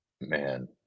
man